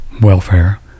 welfare